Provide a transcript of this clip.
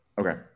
Okay